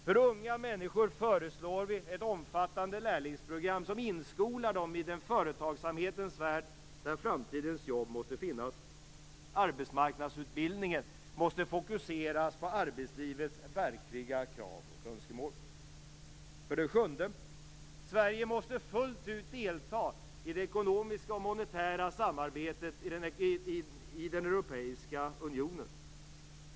För unga människor föreslår vi ett omfattande lärlingsprogram som inskolar dem i den företagsamhetens värld där framtidens jobb måste finnas. Arbetsmarknadsutbildningen måste fokuseras på arbetslivets verkliga krav och önskemål. För det sjunde måste Sverige fullt ut delta i det ekonomiska och monetära samarbetet i den europeiska unionen.